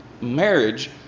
marriage